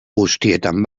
guztietan